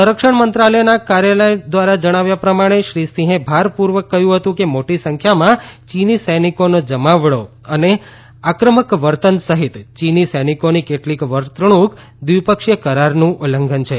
સંરક્ષણ મંત્રાલયના કાર્યાલય દ્વારા જણાવ્યા પ્રમાણે શ્રી સિંહે ભારપૂર્વક કહ્યું હતું કે મોટી સંખ્યામાં ચીની સૈનિકોનો જમાવડો અને આક્રમક વર્તન સહિત ચીની સૈનિકોની કેટલીક વર્તણૂંક દ્વિપક્ષીય કરારનું ઉલ્લંઘન છે